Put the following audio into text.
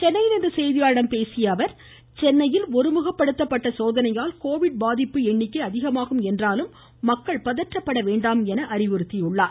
சென்னையில் இன்று செய்தியாளர்களிடம் பேசிய அவர் சென்னையில் ஒருமுகப்படுத்தப்பட்ட சோதனையால் கோவிட் பாதிப்பு எண்ணிக்கை அதிகமாகும் என்றாலும் மக்கள் பதற்றப்பட வேண்டாம் என்று அறிவுறுத்தியுள்ளார்